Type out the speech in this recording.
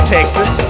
Texas